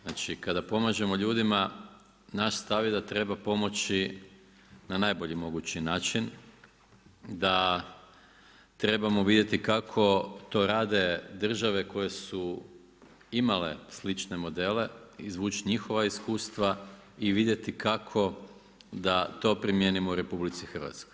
Znači kada pomažemo ljudima, naš stav je da treba pomoći na najbolji mogući način, da trebamo vidjeti kako to rade države koje su imale slične modele, izvući njihova iskustva i vidjeti kako da to primijenimo u RH.